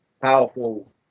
powerful